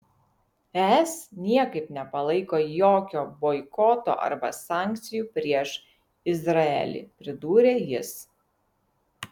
es niekaip nepalaiko jokio boikoto arba sankcijų prieš izraelį pridūrė jis